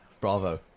bravo